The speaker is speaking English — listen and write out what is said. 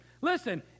Listen